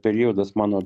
periodas mano